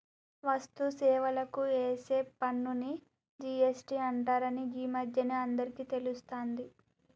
వస్తు సేవలకు ఏసే పన్నుని జి.ఎస్.టి అంటరని గీ మధ్యనే అందరికీ తెలుస్తాంది